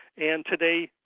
and today,